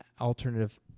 alternative